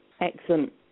Excellent